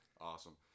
Awesome